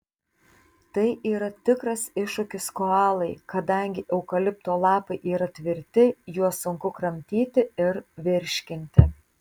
tai yra tikras iššūkis koalai kadangi eukalipto lapai yra tvirti juos sunku kramtyti ir virškinti